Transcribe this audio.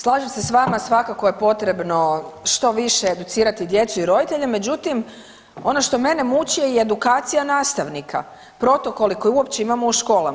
Slažem se s vama svakako je potrebno što više educirati djecu i roditelje, međutim ono što mene muči je i edukacija nastavnika protokoli koje uopće imamo u školama.